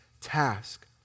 task